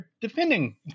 defending